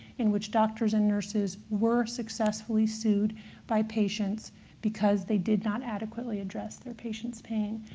in which doctors and nurses were successfully sued by patients because they did not adequately address their patients' pain.